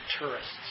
tourists